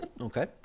Okay